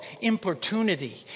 importunity